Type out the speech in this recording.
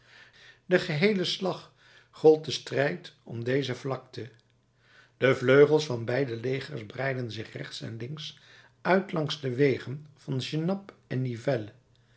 de geheele slag gold den strijd om deze vlakte de vleugels van beide legers breidden zich rechts en links uit langs de wegen van genappe en